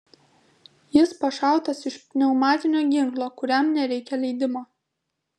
jis pašautas iš pneumatinio ginklo kuriam nereikia leidimo